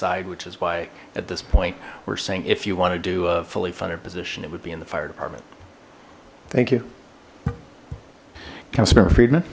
i'd which is why at this point we're saying if you want to do a fully funded position it would be in the fire department thank you councilmember friedman